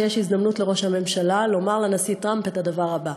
יש הזדמנות לראש הממשלה לומר לנשיא טראמפ את הדבר הבא: